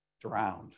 drowned